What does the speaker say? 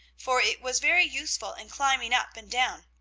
for it was very useful in climbing up and down.